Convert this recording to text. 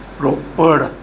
Ropar